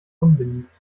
unbeliebt